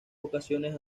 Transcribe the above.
ocasiones